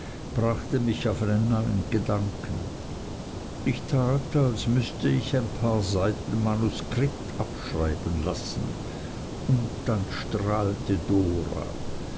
brachte mich auf einen neuen gedanken ich tat als müßte ich ein paar seiten manuskript abschreiben lassen und dann strahlte dora